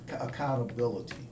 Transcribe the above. accountability